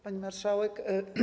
Pani Marszałek!